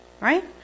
Right